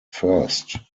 first